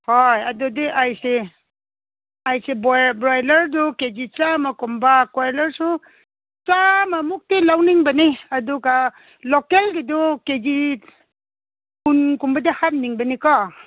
ꯍꯣꯏ ꯑꯗꯨꯗꯤ ꯑꯩꯁꯤ ꯕ꯭ꯔꯣꯏꯂꯔꯗꯨ ꯀꯦꯖꯤ ꯆꯥꯃꯒꯨꯝꯕ ꯀ꯭ꯏꯣꯏꯂꯔꯁꯨ ꯆꯥꯃꯃꯨꯛꯀꯤ ꯂꯧꯅꯤꯡꯕꯅꯤ ꯑꯗꯨꯒ ꯂꯣꯀꯦꯜꯒꯤꯗꯨ ꯀꯦꯖꯤ ꯀꯨꯟꯒꯨꯝꯕꯗꯤ ꯍꯥꯞꯅꯤꯡꯕꯅꯤꯀꯣ